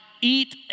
eat